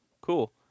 cool